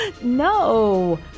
no